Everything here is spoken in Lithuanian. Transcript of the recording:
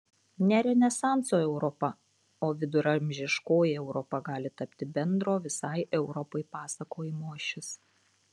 ne renesanso europa o viduramžiškoji europa gali tapti bendro visai europai pasakojimo ašis